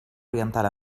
oriental